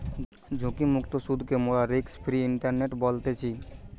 ঝুঁকিমুক্ত সুদকে মোরা রিস্ক ফ্রি ইন্টারেস্ট বলতেছি